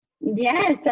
Yes